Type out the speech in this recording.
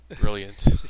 Brilliant